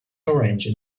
orange